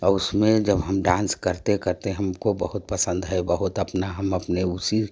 और उसमें जब हम डांस करते करते हमको बहुत पसंद है बहुत अपना हम अपने उसी